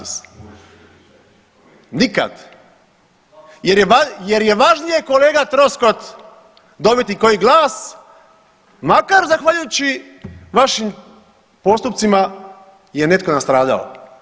Nikada jer je važnije kolega Troskot dobiti koji glas makar zahvaljujući vašim postupcima je netko nastradao.